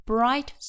Bright